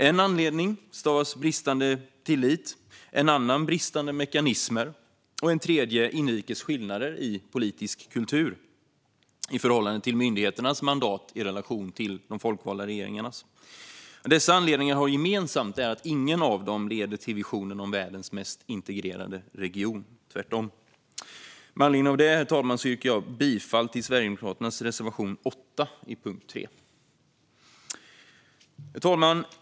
En anledning stavas bristande tillit, en annan bristande mekanismer och en tredje inrikes skillnader i politisk kultur i förhållande till myndigheternas mandat i relation till de folkvalda regeringarnas. Vad dessa anledningar har gemensamt är att ingen av dem leder till visionen om världens mest integrerade region - tvärtom. Med anledning av detta, herr talman, yrkar jag bifall till Sverigedemokraternas reservation 8 under punkt 3. Herr talman!